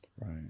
Right